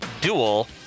Dual